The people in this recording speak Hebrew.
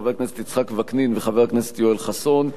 חבר הכנסת יצחק וקנין וחבר הכנסת יואל חסון,